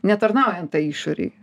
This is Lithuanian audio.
netarnaujant tai išorei